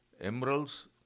emeralds